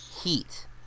Heat